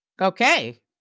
Okay